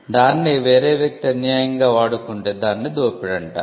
దాన్నే వేరే వ్యక్తి అన్యాయంగా వాడుకుంటే దానినే దోపిడీ అంటారు